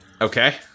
Okay